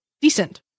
decent